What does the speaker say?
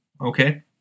okay